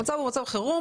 המצב הוא מצב חירום,